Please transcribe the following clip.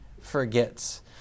forgets